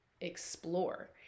explore